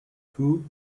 two